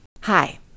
Hi